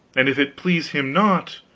and if it please him not,